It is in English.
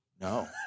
no